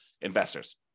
investors